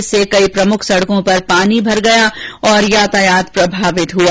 इससे कई प्रमुख सड़कों पर पानी भर गया और यातायात प्रभावित रहा